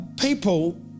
people